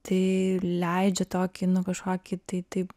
tai leidžia tokį nu kažkokį tai taip